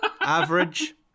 Average